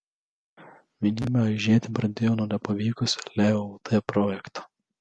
vienybė aižėti pradėjo nuo nepavykusio leo lt projekto